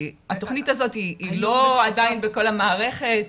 התוכנית הזאת היא לא עדיין בכל המערכת.